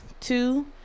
Two